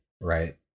right